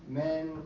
men